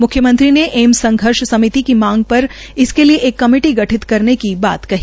मुख्यमंत्री ने एम्स संघर्ष समिति की मांग पर इसके लिए एक कमेटी गठित करने की बात कही